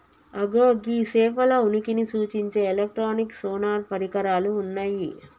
అగో గీ సేపల ఉనికిని సూచించే ఎలక్ట్రానిక్ సోనార్ పరికరాలు ఉన్నయ్యి